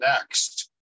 next